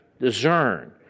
discern